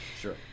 Sure